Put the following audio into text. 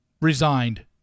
resigned